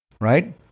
right